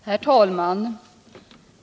Herr talman!